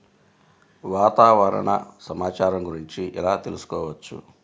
వాతావరణ సమాచారం గురించి ఎలా తెలుసుకోవచ్చు?